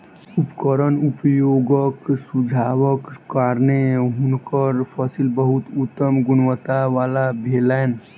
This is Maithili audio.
उपकरण के उपयोगक सुझावक कारणेँ हुनकर फसिल बहुत उत्तम गुणवत्ता वला भेलैन